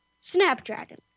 Snapdragon